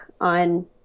on